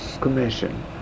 Commission